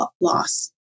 loss